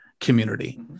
community